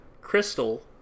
Crystal